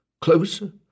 Closer